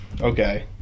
Okay